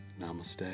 Namaste